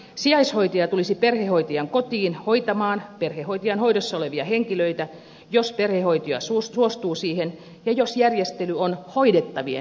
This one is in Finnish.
sijaishoitaja tulisi perhehoitajan kotiin hoitamaan perhehoitajan hoidossa olevia henkilöitä jos perhehoitaja suostuu siihen ja jos järjestely on hoidettavien edun mukaista